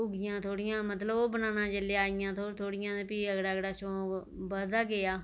कुग्घियां थोह्ड़ियां मतलब ओह् बनाना जेल्लै आइयां थोह्डियां थोह्डियां फ्ही अगड़ा अगड़ा शौक बधदा गेआ